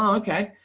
um okay,